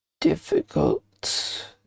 difficult